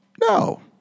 no